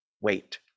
wait